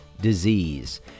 Disease